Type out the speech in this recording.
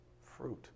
fruit